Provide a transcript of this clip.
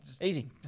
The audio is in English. easy